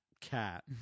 cat